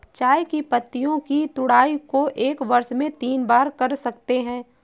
चाय की पत्तियों की तुड़ाई को एक वर्ष में तीन बार कर सकते है